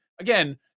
again